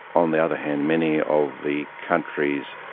on the other hand, many of the countries,